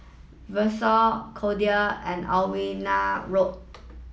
Vashon Cordella and Alwina Road